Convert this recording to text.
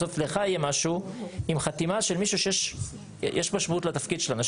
בסוף לך יהיה משהו אם חתימה של מישהו יש משמעות לתפקיד שלנו,